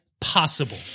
possible